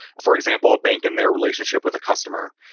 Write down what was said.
for example, a bank and their relationship with a customer.